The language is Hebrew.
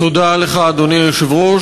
תודה לך, אדוני היושב-ראש.